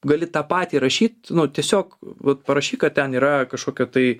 gali tą patį rašyt tiesiog vat parašyk kad ten yra kažkokia tai